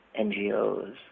NGOs